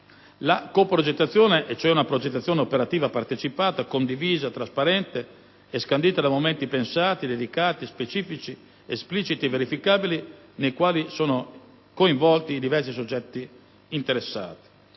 La coprogettazione, consisterà in una progettazione operativa partecipata, condivisa, trasparente e scandita da momenti pensati, dedicati, specifici, espliciti e verificabili nei quali sono coinvolti i diversi soggetti interessati.